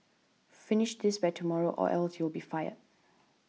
finish this by tomorrow or else you'll be fired